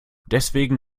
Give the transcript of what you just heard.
deswegen